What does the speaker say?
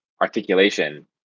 articulation